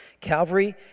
Calvary